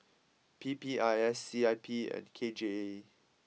P P I S C I P and K J E